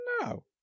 No